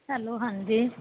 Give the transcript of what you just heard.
hello ਹਾਂਜੀ